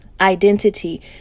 identity